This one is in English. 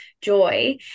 joy